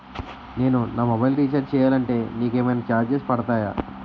నేను నా mobile recharge చేయాలంటే నాకు ఏమైనా చార్జెస్ పడతాయా?